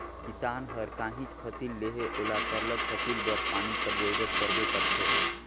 किसान हर काहींच फसिल लेहे ओला सरलग फसिल बर पानी कर जरूरत परबे करथे